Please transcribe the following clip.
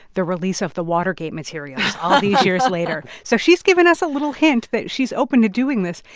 the release of the watergate materials all these years later so she's given us a little hint that she's open to doing this,